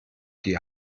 die